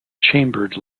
chambered